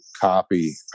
copy